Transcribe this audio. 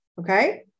okay